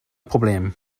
problem